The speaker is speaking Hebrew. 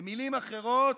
במילים אחרות,